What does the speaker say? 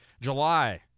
July